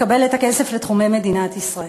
לקבל את הכסף לתחומי מדינת ישראל.